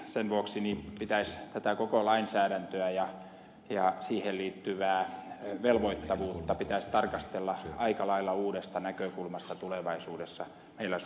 sen vuoksi koko lainsäädäntöä ja siihen liittyvää velvoittavuutta pitäisi tarkastella aika lailla uudesta näkökulmasta tulevaisuudessa meillä suomessa